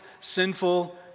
sinful